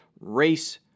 race